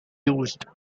used